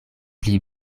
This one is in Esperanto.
pli